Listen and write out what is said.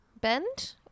bend